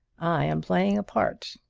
i am playing a part.